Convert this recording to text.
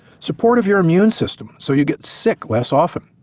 support of your immune system, so you get sick less often.